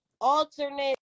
alternate